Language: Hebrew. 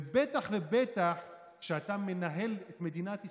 ובטח ובטח כשאתה מנהל את מדינת ישראל,